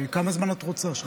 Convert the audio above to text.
כמה זמן את רוצה?